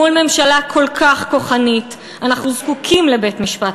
מול ממשלה כל כך כוחנית אנחנו זקוקים לבית-משפט